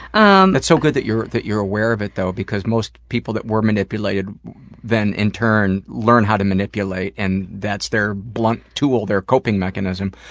um it's so good that you're, that you're aware of it though, because most people that were manipulated then, in turn, learn how to manipulate and that's their blunt tool, their coping mechanism.